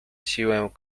siłę